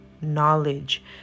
knowledge